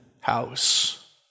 house